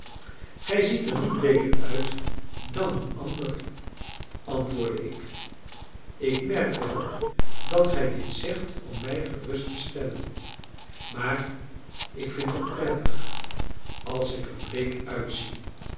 gij ziet er niet bleeker uit dan een ander antwoordde ik ik merk wel dat gij dit zegt om mij gerust te stellen maar ik vind het prettig als ik er bleek uitzie